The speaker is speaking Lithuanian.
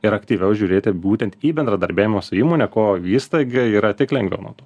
ir aktyviau žiūrėti būtent į bendradarbiavimo su įmone ko įstaigai yra tik lengviau nuo to